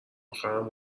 اخرم